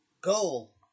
goal